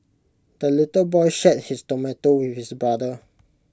the little boy shared his tomato with his brother